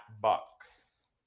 Bucks